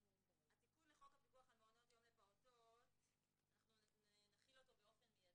התיקון לחוק הפיקוח על מעונות יום לפעוטות אנחנו נחיל אותו באופן מידי.